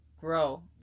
grow